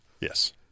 Yes